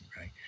right